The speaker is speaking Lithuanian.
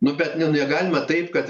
nu bet ne negalima taip kad